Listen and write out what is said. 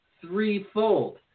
threefold